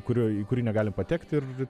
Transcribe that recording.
kur į kurį negalim patekti ir